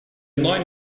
neuen